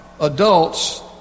adults